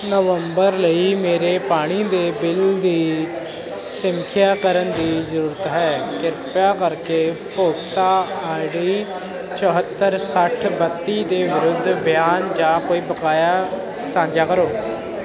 ਨਵੰਬਰ ਲਈ ਮੇਰੇ ਪਾਣੀ ਦੇ ਬਿੱਲ ਦੀ ਸਮੀਖਿਆ ਕਰਨ ਦੀ ਜ਼ਰੂਰਤ ਹੈ ਕਿਰਪਾ ਕਰਕੇ ਉਪਭੋਗਤਾ ਆਈਡੀ ਸੱਠ ਬੱਤੀ ਦੇ ਵਿਰੁੱਧ ਬਿਆਨ ਜਾਂ ਕੋਈ ਬਕਾਇਆ ਸਾਂਝਾ ਕਰੋ